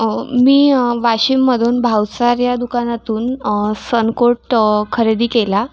मी वाशिममधून भावसार या दुकानातून सनकोट खरेदी केला